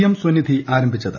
M Svanidhi ആരംഭിച്ചത്